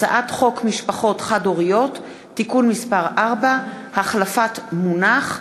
הצעת חוק משפחות חד-הוריות (תיקון מס' 4) (החלפת מונח),